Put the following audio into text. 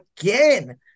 again